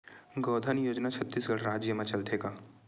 गौधन योजना छत्तीसगढ़ राज्य मा चलथे का?